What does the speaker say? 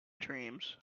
dreams